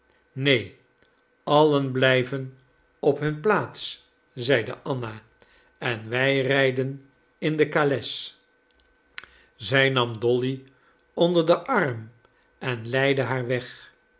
neen allen blijven op hun plaats zeide anna en wij rijden in de kales zij nam dolly onder den arm en leidde haar weg